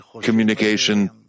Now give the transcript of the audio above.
communication